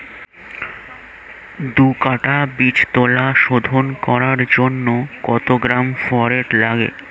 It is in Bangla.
দু কাটা বীজতলা শোধন করার জন্য কত গ্রাম ফোরেট লাগে?